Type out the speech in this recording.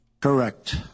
Correct